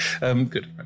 Good